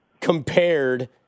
compared